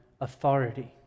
authority